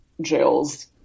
jails